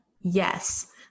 yes